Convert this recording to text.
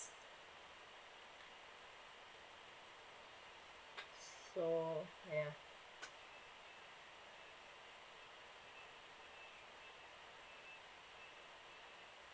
so ya